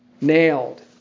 nailed